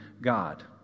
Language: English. God